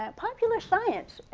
um popular science,